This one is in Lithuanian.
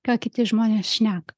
ką kiti žmonės šneka